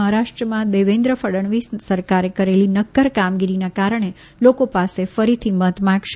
મહારાષ્ટ્રમાં દેવેન્દ્ર ફડણવીસ સરકારે કરેલી નક્કર કામગીરીના કારણે લોકો પાસે ફરીથી મત માગશે